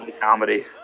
comedy